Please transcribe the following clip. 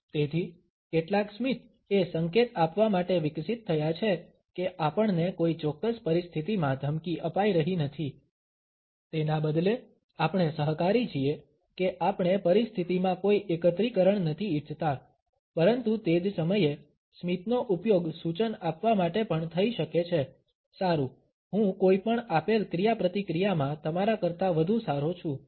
તેથી કેટલાક સ્મિત એ સંકેત આપવા માટે વિકસિત થયા છે કે આપણને કોઈ ચોક્કસ પરિસ્થિતિમાં ધમકી અપાઈ રહી નથી તેના બદલે આપણે સહકારી છીએ કે આપણે પરિસ્થિતિમાં કોઈ એકત્રીકરણ નથી ઈચ્છતા પરંતુ તે જ સમયે સ્મિતનો ઉપયોગ સૂચન આપવા માટે પણ થઈ શકે છે સારું હું કોઈપણ આપેલ ક્રિયાપ્રતિક્રિયામાં તમારા કરતા વધુ સારો છું